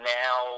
now